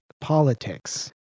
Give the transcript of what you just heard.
Politics